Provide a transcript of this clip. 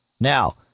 Now